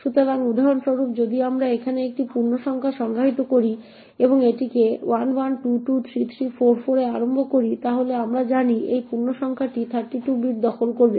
সুতরাং উদাহরণস্বরূপ যদি আমরা এখানে একটি পূর্ণসংখ্যা সংজ্ঞায়িত করে থাকি এবং এটিকে 11223344 এ আরম্ভ করি তাহলে আমরা জানি যে এই পূর্ণসংখ্যাটি 32 বিট দখল করবে